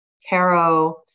tarot